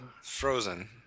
frozen